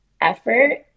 effort